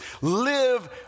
live